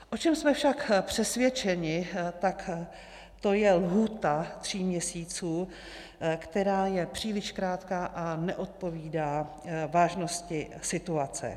O čem jsme však přesvědčeni, tak to je lhůta tří měsíců, která je příliš krátká a neodpovídá vážnosti situace.